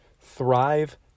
Thrive